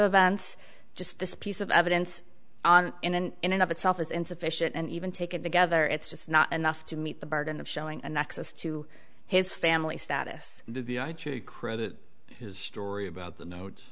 events just this piece of evidence in and in and of itself is insufficient and even taken together it's just not enough to meet the burden of showing a nexus to his family status his story about the note